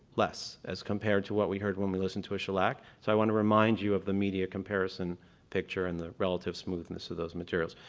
less as compared to what we heard when we listened to a shellac. so i want to remind you of the media comparison picture and the relative smoothness of those materials.